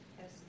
Yes